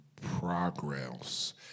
progress